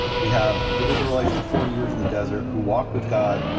we have the israelites for forty years in the desert who walked with god,